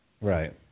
Right